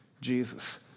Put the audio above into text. Jesus